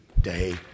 day